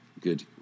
good